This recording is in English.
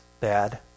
dad